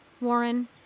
Warren